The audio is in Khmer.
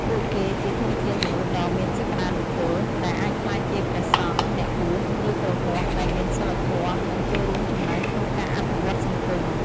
ពួកគេជាធនធានមនុស្សដ៏មានសក្ដានុពល ដែលអាចក្លាយជាព្រះសង្ឃ អ្នកបួស ឬគ្រហស្ថដែលមានសីលធម៌ និងចូលរួមចំណែកក្នុងការអភិវឌ្ឍសង្គម។